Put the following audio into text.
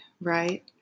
right